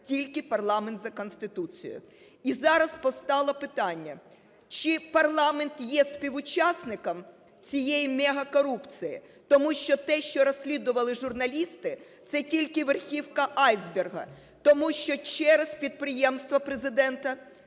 тільки парламент за Конституцією. І зараз постало питання: чи парламент є співучасником цієї мегакорупції? Тому що те, що розслідували журналісти, - це тільки верхівка айсбергу. Тому що через підприємства Президента